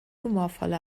humorvolle